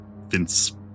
Vince